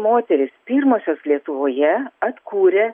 moterys pirmosios lietuvoje atkūrė